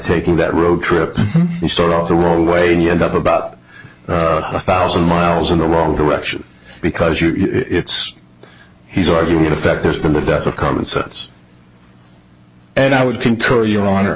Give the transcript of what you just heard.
taking that road trip you start off the wrong way and you end up about a thousand miles in the wrong direction because you're it's he's arguing in effect there's been the death of common sense and i would concur your honor